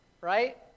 right